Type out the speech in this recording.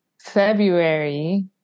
February